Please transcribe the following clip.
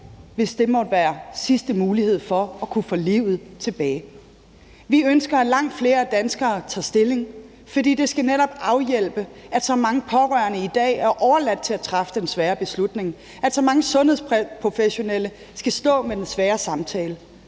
hvis det måtte være sidste mulighed for at kunne få livet tilbage. Vi ønsker, at langt flere danskere tager stilling. For det skal netop afhjælpe, at så mange pårørende i dag er overladt til at træffe den svære beslutning, og at så mange sundhedsprofessionelle skal stå med den svære samtale.